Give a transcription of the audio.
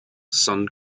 sun